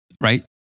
right